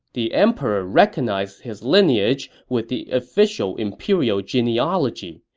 the emperor recognized his lineage with the official imperial genealogy.